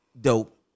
dope